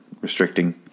restricting